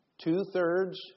Two-thirds